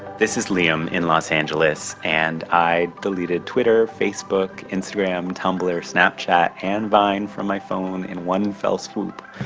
this is liam in los angeles, and i deleted twitter, facebook, instagram, tumblr, snapchat and vine from my phone in one fell swoop.